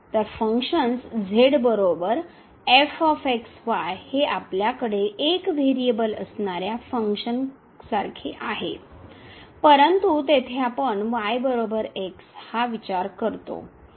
तर फंक्शन हे आपल्याकडे एक व्हेरिएबल असणाऱ्या फंक्शन कार्य सारखे आहे परंतु तेथे आपण y x हा विचार करतो